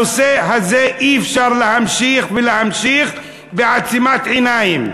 בנושא הזה אי-אפשר להמשיך ולהמשיך בעצימת עיניים.